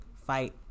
fight